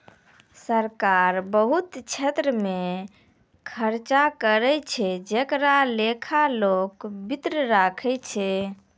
सरकार बहुत छेत्र मे खर्चा करै छै जेकरो लेखा लोक वित्त राखै छै